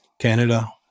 Canada